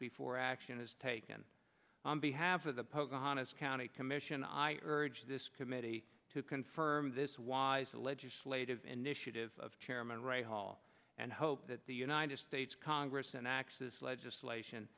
before action is taken on behalf of the pocahontas county commission i urge this committee to confirm this was the legislative initiative of chairman ryan hall and hope that the united states congress and axis legislation